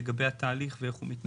לגבי התהליך ואיך הוא מתנהל.